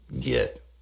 get